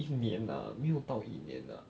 一年 lah 没有到一年 lah